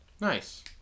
Nice